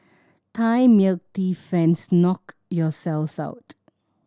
Thai milk tea fans knock yourselves out